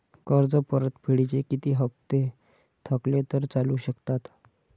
कर्ज परतफेडीचे किती हप्ते थकले तर चालू शकतात?